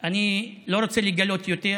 אני לא רוצה לגלות יותר,